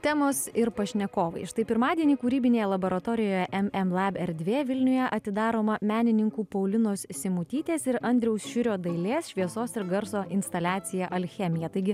temos ir pašnekovai štai pirmadienį kūrybinėje laboratorijoje em em lab erdvė vilniuje atidaroma menininkų paulinos simutytės ir andriaus šiurio dailės šviesos ir garso instaliacija alchemija taigi